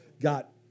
got